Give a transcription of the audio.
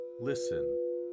listen